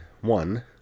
one